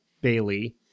Bailey